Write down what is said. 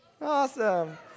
Awesome